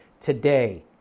today